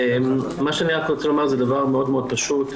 מה שאני רוצה לומר זה דבר מאוד פשוט,